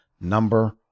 number